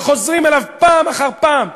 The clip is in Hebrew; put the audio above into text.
וחוזרים אליו פעם אחר פעם,